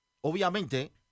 obviamente